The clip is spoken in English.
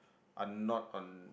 are not on